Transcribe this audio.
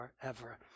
forever